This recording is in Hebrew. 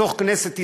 בכנסת ישראל,